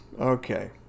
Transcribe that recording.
Okay